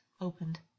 opened